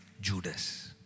Judas